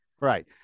Right